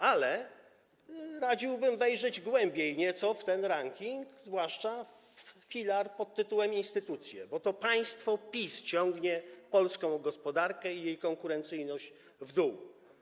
Ale radziłbym wejrzeć głębiej nieco w ten ranking, zwłaszcza w filar dotyczący instytucji, bo to państwo PiS ciągnie polską gospodarkę i jej konkurencyjność w dół.